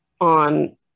on